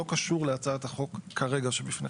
לא קשור להצעת החוק כרגע שבפנינו.